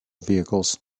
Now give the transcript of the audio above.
vehicles